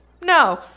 no